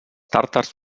tàtars